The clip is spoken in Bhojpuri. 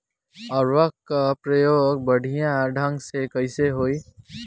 उर्वरक क प्रयोग बढ़िया ढंग से कईसे होई?